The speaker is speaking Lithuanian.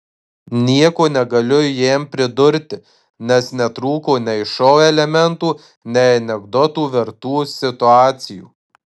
nieko negaliu jam pridurti nes netrūko nei šou elementų nei anekdotų vertų situacijų